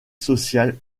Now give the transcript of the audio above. social